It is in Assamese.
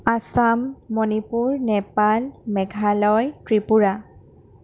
আসাম মণিপুৰ নেপাল মেঘালয় ত্ৰিপুৰা